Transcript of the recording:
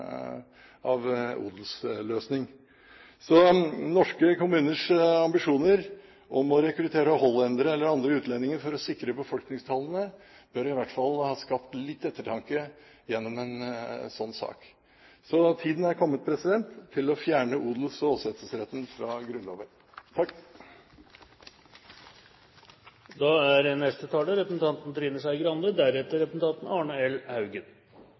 odelsløsning. Så norske kommuners ambisjoner om å rekruttere hollendere eller andre utlendinger for å sikre befolkningstallet bør i hvert fall skape litt ettertanke gjennom en sånn sak. Tiden er kommet til å fjerne odels- og åsetesretten fra Grunnloven. Det ble sagt fra saksordføreren at dette er